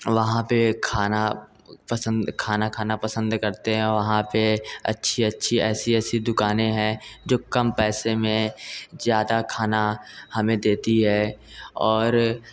वहाँ पर खाना पसंद खाना खाना पसंद करते हैं वहाँ पर अच्छी अच्छी ऐसी ऐसी दुकानें हैं जो कम पैसे में ज़्यादा खाना हमें देती है और